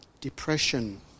depression